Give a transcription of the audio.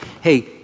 Hey